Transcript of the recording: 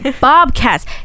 bobcats